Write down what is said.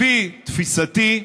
לפי תפיסתי,